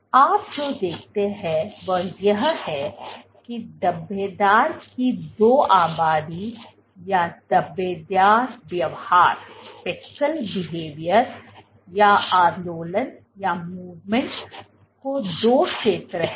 तो आप जो देखते हैं वह यह है कि धब्बेदार की दो आबादी या धब्बेदार व्यवहार या आंदोलन के दो क्षेत्र हैं